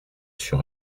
sur